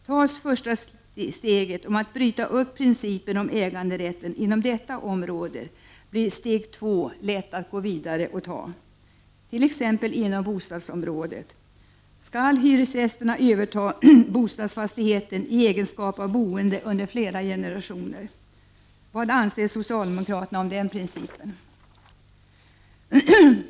Tas första steget genom att bryta upp principen om äganderätten inom detta område blir steg två lätt att ta och gå vidare, t.ex. inom bostadsområdet. Skall, för att ta ett exempel, hyresgästerna överta bostadsfastigheten i egenskap av boende under flera generationer? Vad anser socialdemokraterna om den principen?